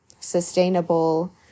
sustainable